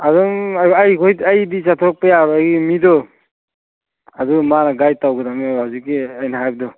ꯑꯗꯨꯝ ꯑꯩꯗꯤ ꯆꯠꯊꯣꯛꯄ ꯌꯥꯔꯣꯏ ꯑꯩꯒꯤ ꯃꯤꯗꯣ ꯑꯗꯨ ꯃꯥꯅ ꯒꯥꯏꯗ ꯇꯧꯒꯗꯧꯅꯦꯕ ꯍꯧꯖꯤꯛꯀꯤ ꯑꯩꯅ ꯍꯥꯏꯕꯗꯣ